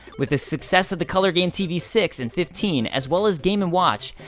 with the success of the color game tv six and fifteen, as well as game and watch,